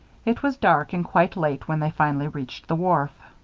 it was dark and quite late when they finally reached the wharf.